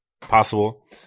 Possible